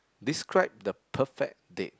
describe the perfect date